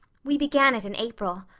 we began it in april.